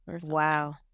Wow